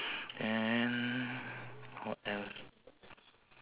mm no signboard beside the fishing net